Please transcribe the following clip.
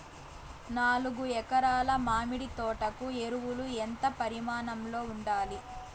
నాలుగు ఎకరా ల మామిడి తోట కు ఎరువులు ఎంత పరిమాణం లో ఉండాలి?